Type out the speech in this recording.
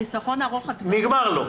נגמר לו,